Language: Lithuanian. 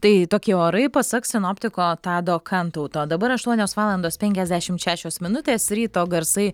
tai tokie orai pasak sinoptiko tado kantauto dabar aštuonios valandos penkiasdešimt šešios minutės ryto garsai